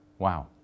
Wow